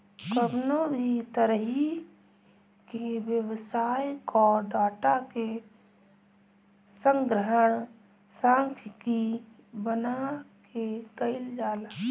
कवनो भी तरही के व्यवसाय कअ डाटा के संग्रहण सांख्यिकी बना के कईल जाला